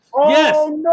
Yes